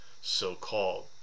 so-called